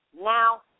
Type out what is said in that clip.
Now